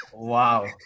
Wow